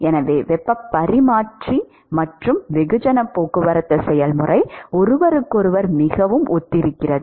எனவே வெப்பப் பரிமாற்றி மற்றும் வெகுஜன போக்குவரத்து செயல்முறை ஒருவருக்கொருவர் மிகவும் ஒத்திருக்கிறது